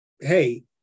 Hey